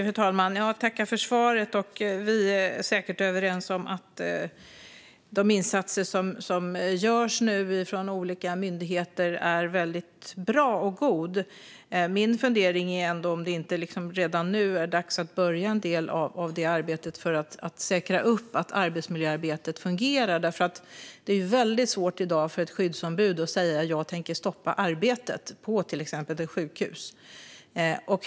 Fru talman! Jag tackar för svaret. Vi är säkert överens om att de insatser som görs nu från olika myndigheter är väldigt bra. Min fundering är ändå om det inte redan nu är dags att börja med en del av arbetsmiljöarbetet för att säkra upp att det fungerar, för det är ju väldigt svårt i dag för ett skyddsombud på till exempel ett sjukhus att säga: Jag tänker stoppa arbetet.